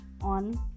on